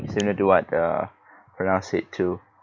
it's similar to what uh pranav said too